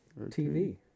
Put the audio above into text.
TV